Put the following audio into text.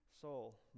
soul